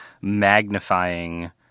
magnifying